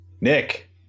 Nick